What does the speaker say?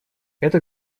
эта